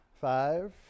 Five